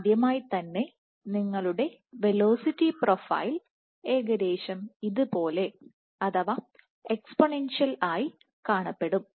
ആദ്യമായി തന്നെ നിങ്ങളുടെ വെലോസിറ്റി പ്രൊഫൈൽ ഏകദേശം ഇതുപോലെ അഥവാ എക്സ്പോണൻഷ്യൽ ആയി കാണപ്പെടും